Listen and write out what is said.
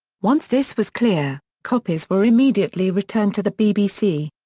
once this was clear, copies were immediately returned to the bbc.